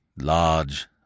large